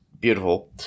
beautiful